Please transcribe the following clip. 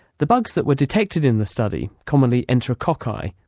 the bugs that were detected in the study, commonly enterococci,